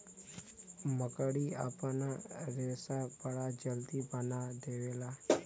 मकड़ी आपन रेशा बड़ा जल्दी बना देवला